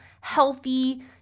healthy